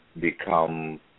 become